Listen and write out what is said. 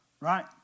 right